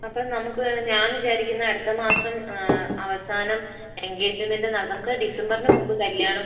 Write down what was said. അപ്പം നമുക്ക് ഞാൻ വിചാരിക്കുന്നത് അടുത്തമാസം അവസാനം എൻഗേജ്മെൻറ് നടത്താൻ നമുക്ക് ഡിസംബറിന് മുൻപ് കല്ല്യാണം